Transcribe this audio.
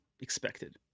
expected